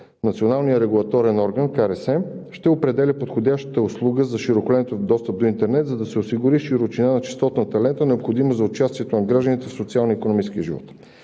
за регулиране на съобщенията, ще определя подходящата услуга за широколентов достъп до интернет, за да се осигури широчина на честотната лента, необходима за участието на гражданите в социално-икономическия живот.